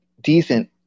decent